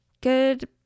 good